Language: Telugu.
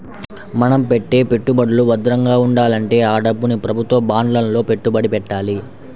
మన పెట్టే పెట్టుబడులు భద్రంగా ఉండాలంటే ఆ డబ్బుని ప్రభుత్వ బాండ్లలో పెట్టుబడి పెట్టాలి